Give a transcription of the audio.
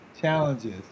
Challenges